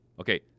Okay